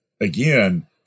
again